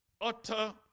utter